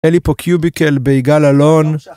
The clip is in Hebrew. היה לי פה קיוביקל ביגאל אלון